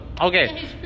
Okay